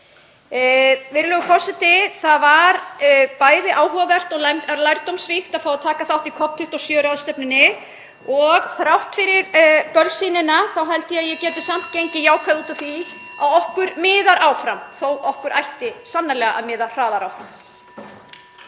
Virðulegur forseti. Það var bæði áhugavert og lærdómsríkt að fá að taka þátt í COP27-ráðstefnunni og þrátt fyrir bölsýnina held ég að ég geti verið jákvæð út af því að okkur miðar áfram þó að okkur ætti sannarlega að miða hraðar áfram.